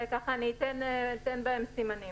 אני אתן בהם סימנים: